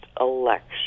election